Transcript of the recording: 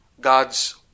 God's